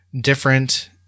different